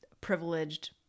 privileged